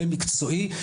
מתווה מקצועי,